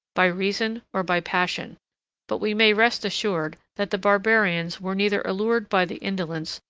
by reason, or by passion but we may rest assured, that the barbarians were neither allured by the indolence,